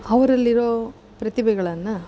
ಅವರಲ್ಲಿರೋ ಪ್ರತಿಭೆಗಳನ್ನು